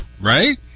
right